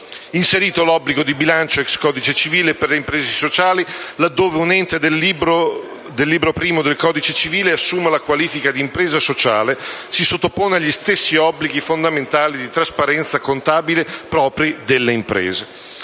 inserito l'obbligo di bilancio *ex* codice civile per le imprese sociali. Laddove un ente del libro primo del codice civile assuma la qualifica di impresa sociale si sottopone agli stessi obblighi fondamentali di trasparenza contabile propri delle imprese.